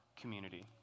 community